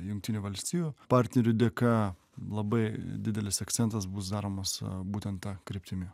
jungtinių valstijų partnerių dėka labai didelis akcentas bus daromas būtent ta kryptimi